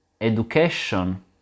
education